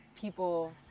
people